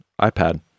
iPad